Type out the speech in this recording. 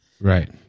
right